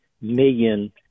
million